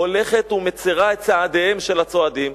הולכת ומצרה את צעדיהם של הצועדים,